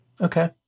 Okay